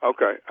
Okay